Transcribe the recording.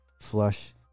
Flush